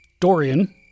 Dorian